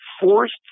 forced